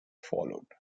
followed